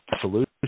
solution